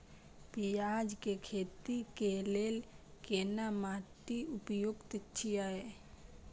पियाज के खेती के लेल केना माटी उपयुक्त छियै?